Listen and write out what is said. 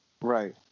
Right